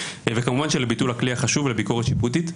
וכמובן שלביטול הכלי החשוב לביקורת שיפוטית.